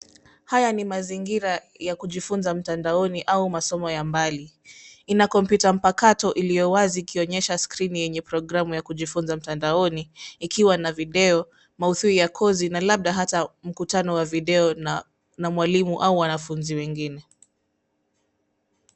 Haya ni mazingira ya kujifunza mtandaoni au masomo ya mbali. Ina kompyuta mpakato iliyo wazi ikionyesha skrini yenye programu ya kujifunza mtandaoni ikiwa na video. Maudhui ya kozi na labda hata mkutano wa video na mwalimu au wanafunzi wengine.